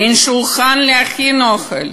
אין שולחן להכין אוכל,